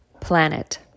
planet